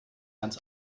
ganz